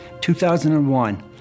2001